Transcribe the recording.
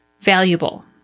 valuable